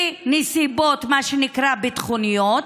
בנסיבות מה שנקרא ביטחוניות,